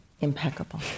Impeccable